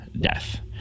death